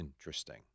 interesting